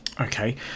Okay